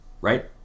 Right